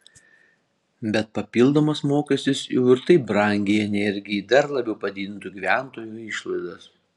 bet papildomas mokestis jau ir taip brangiai energijai dar labiau padidintų gyventojų išlaidas